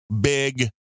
big